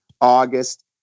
August